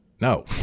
No